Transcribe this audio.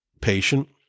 patient